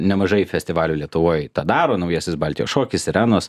nemažai festivalių lietuvoj tą daro naujasis baltijos šokis sirenos